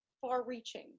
far-reaching